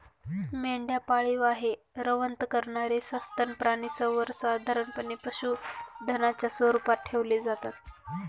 मेंढ्या पाळीव आहे, रवंथ करणारे सस्तन प्राणी सर्वसाधारणपणे पशुधनाच्या स्वरूपात ठेवले जातात